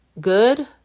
good